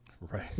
Right